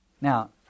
Now